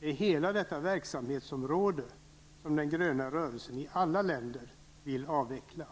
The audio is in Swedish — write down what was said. Det är hela detta verksamhetsområde som den gröna rörelsen i alla länder vill avveckla.